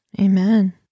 Amen